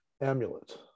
amulet